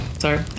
sorry